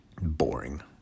Boring